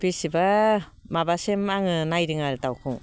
बेसेबा माबासिम आङो नायदों आरो दाउखौ